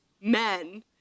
men